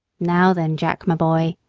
now then, jack, my boy,